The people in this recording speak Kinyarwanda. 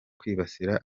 kwibasira